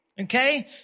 Okay